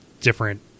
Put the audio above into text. different